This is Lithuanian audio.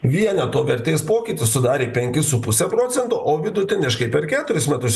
vieneto vertės pokytis sudarė penkis su puse procento o vidutiniškai per keturis metus